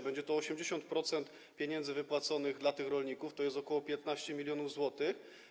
Będzie 80% pieniędzy wypłaconych dla tych rolników, to jest ok. 15 mln zł.